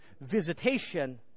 visitation